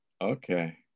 Okay